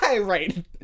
Right